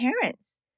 parents